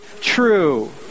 true